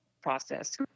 process